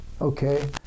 okay